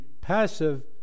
passive